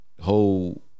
whole